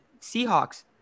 Seahawks